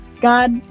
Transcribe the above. god